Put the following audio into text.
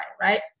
right